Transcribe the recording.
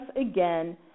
again